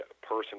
person